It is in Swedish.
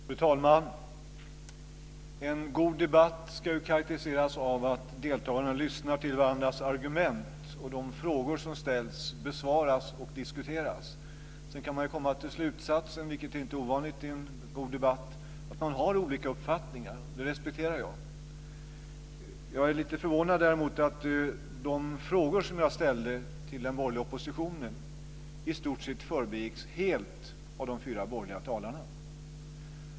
Fru talman! En god debatt ska ju karakteriseras av att deltagarna lyssnar till varandras argument och av att de frågor som ställs besvaras och diskuteras. Sedan kan man komma till slutsatsen - vilket inte är ovanligt i en god debatt - att man har olika uppfattningar, och det respekterar jag. Däremot är jag lite förvånad över att de frågor som jag ställde till den borgerliga oppositionen i stort sett förbigicks helt av de fyra borgerliga talarna.